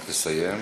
רק תסיים.